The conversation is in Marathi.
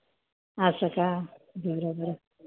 असं का बरं बरं